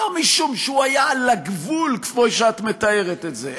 לא משום שהוא היה על הגבול, כמו שאת מתארת את זה.